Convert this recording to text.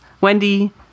Wendy